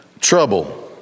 trouble